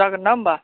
जागोन ना होमबा